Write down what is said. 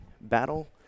battle